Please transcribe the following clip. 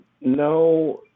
No